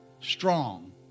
Strong